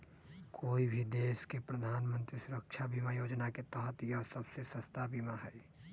कोई भी देश के प्रधानमंत्री सुरक्षा बीमा योजना के तहत यह सबसे सस्ता बीमा हई